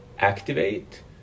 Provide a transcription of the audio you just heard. activate